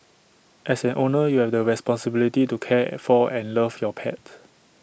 as an owner you have the responsibility to care for and love your pet